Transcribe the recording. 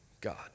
God